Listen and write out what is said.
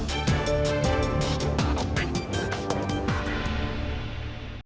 Дякую.